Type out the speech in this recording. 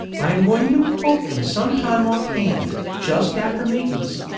i'm going to quote them some time offhand, just after matins,